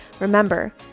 Remember